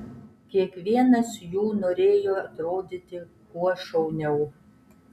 kiekvienas jų norėjo atrodyti kuo šauniau